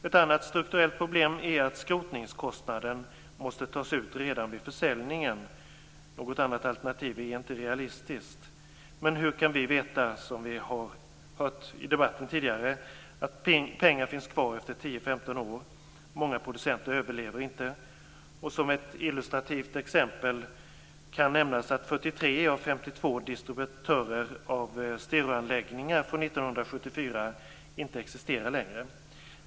Ett annat strukturellt problem är att skrotningskostnaden måste tas ut redan vid försäljningen. Något annat alternativ är inte realistiskt. Men hur kan vi veta att pengar finns kvar efter 10-15 år? Många producenter överlever inte. Som ett illustrativt exempel kan nämnas att 43 av 52 distributörer av stereoanläggningar från 1974 inte existerar längre.